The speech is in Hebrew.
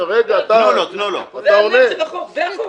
זה החוק.